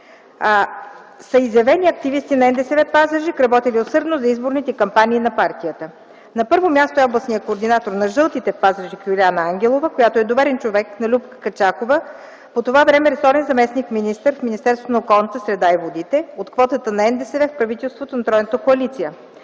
са изявени активисти на НДСВ - Пазарджик, работили усърдно за изборните кампании на партията. На първо място е областният координатор на жълтите в Пазарджик Юлиана Ангелова, която е доверен човек на Любка Качакова, по това време ресорен заместник-министър в Министерството на околната среда и водите от квотата на НДСВ в правителството на тройната коалиция.